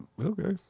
Okay